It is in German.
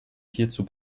hierzu